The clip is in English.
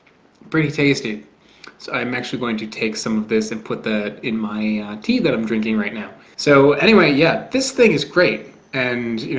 pretty tasty, so i'm actually going to take some of this and put that in my tea that i'm drinking right now so anyway, yeah, this thing is great and you know,